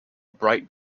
bright